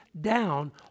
down